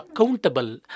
accountable